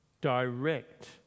direct